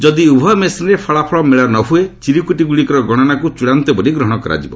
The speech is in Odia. ଯଦି ଉଭୟ ମେସିନ୍ରେ ଫଳାଫଳ ମେଳ ନହୁଏ ଚିରକୁଟିଗୁଡ଼ିକର ଗଣନାକୁ ଚ୍ଚଡ଼ାନ୍ତ ବୋଲି ଗ୍ରହଣ କରାଯିବ